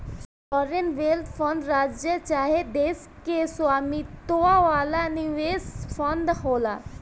sovereign wealth fund राज्य चाहे देश के स्वामित्व वाला निवेश फंड होला